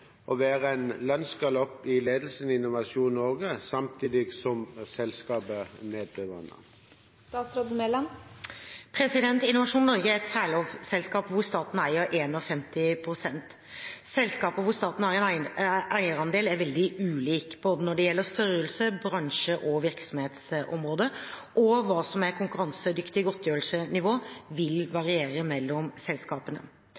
å være en lønnsgalopp i ledelsen i Innovasjon Norge, samtidig som selskapet nedbemanner kraftig?» Innovasjon Norge er et særlovselskap hvor staten eier 51 pst. Selskaper hvor staten har en eierandel, er veldig ulike når det gjelder både størrelse, bransje og virksomhetsområde, og hva som er konkurransedyktig godtgjørelsesnivå, vil variere mellom selskapene.